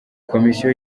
komisiyo